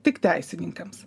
tik teisininkams